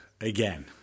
again